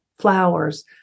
flowers